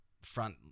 front